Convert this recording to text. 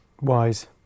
wise